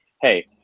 hey